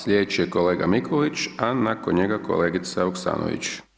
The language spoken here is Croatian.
Sljedeći je kolega Mikulić, a nakon njega kolegica Vuksanović.